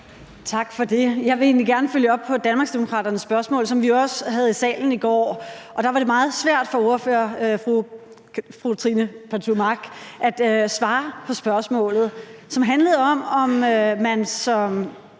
Tak for det. Jeg vil egentlig gerne følge op på Danmarksdemokraternes spørgsmål, som vi jo også havde her i salen i går, og hvor det var meget svært for ordføreren, fru Trine Pertou Mach, at svare på spørgsmålet, som handlede om, om man som